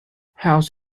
health